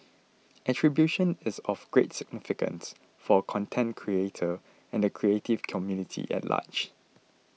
attribution is of great significance for a content creator and the creative community at large